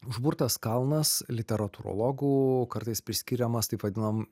užburtas kalnas literatūrologų kartais priskiriamas taip vadinam